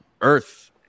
earth